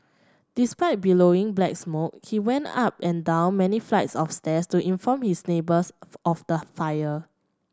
despite billowing black smoke he went up and down many flights of stairs to inform his neighbours of the fire